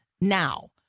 now